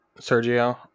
Sergio